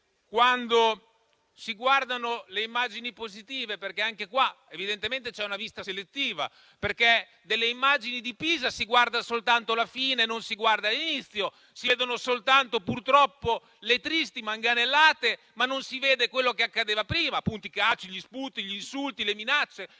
quando si guardano le immagini positive, perché anche qua evidentemente c'è una vista selettiva. Delle immagini di Pisa si guarda soltanto la fine e non si guarda l'inizio; si vedono soltanto, purtroppo, le tristi manganellate, ma non si vede quello che accadeva prima, appunto i calci, gli sputi, gli insulti e le minacce.